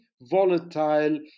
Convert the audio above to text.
volatile